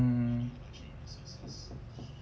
um